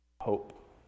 hope